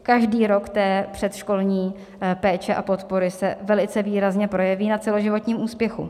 Každý rok té předškolní péče a podpory se velice výrazně projeví na celoživotním úspěchu.